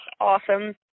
awesome